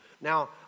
Now